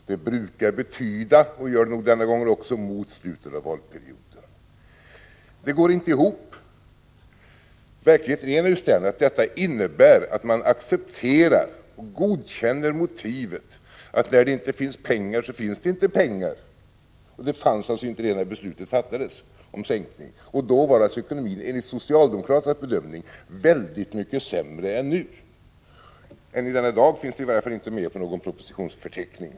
Det brukar betyda — och gör det nog också denna gång — mot slutet av valperioden. Detta går inte ihop. Verkligheten är att detta innebär att man godkänner följande motiv: När det inte finns pengar, finns det inte pengar. Det fanns alltså inte pengar när beslutet om en sänkning fattades. Och då var ekonomin, enligt socialdemokraternas bedömning, väldigt mycket sämre än nu. Än i denna dag finns inte höjningen av delpensionen med på någon propositionsförteckning.